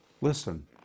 Listen